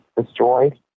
destroyed